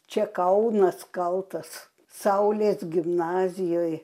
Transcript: čia kaunas kaltas saulės gimnazijoj